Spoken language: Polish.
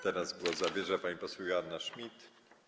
Teraz głos zabierze pani poseł Joanna Schmidt.